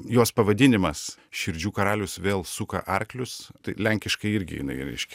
jos pavadinimas širdžių karalius vėl suka arklius tai lenkiškai irgi jinai reiškia